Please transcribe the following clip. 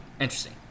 interesting